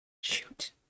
Shoot